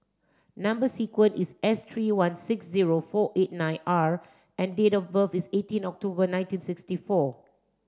number sequence is S three one six zero four eight nine R and date of birth is eighteen October nineteen sixty four